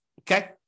Okay